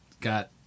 got